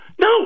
no